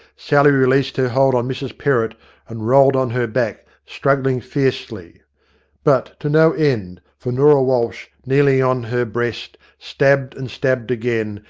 sally released her hold on mrs perrott and rolled on her back, struggling fiercely but to no end, for norah walsh, kneeling on her breast, stabbed and stabbed again,